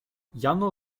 jano